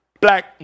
black